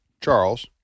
Charles